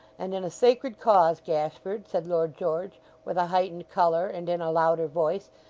and in a sacred cause, gashford said lord george with a heightened colour and in a louder voice,